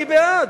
אני בעד.